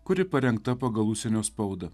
kuri parengta pagal užsienio spaudą